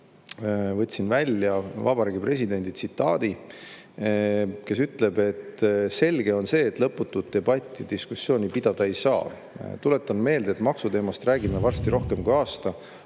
võtsin välja Vabariigi Presidendi tsitaadi: "Selge on see, et lõputut debatti ja diskussiooni pidada ei saa. Tuletan meelde, et maksuteemast räägime varsti rohkem kui aasta.